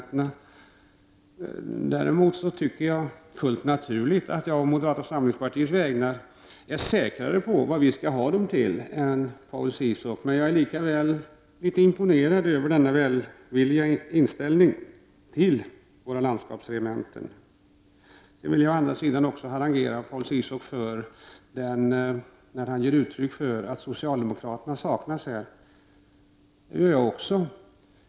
Däremot anser jag, fullt naturligt, att jag å moderata samlingpartiets vägnar är säkrare på vad vi skall ha dessa regementen till än vad som är fallet med Paul Ciszuk. Jag är likaväl litet imponerad över denna välvilliga inställning till våra landskapsregementen. Jag vill å andra sidan också harangera Paul Ciszuk när han påpekar att socialdemokraterna saknas här i kammaren. Jag anser också att de saknas i debatten.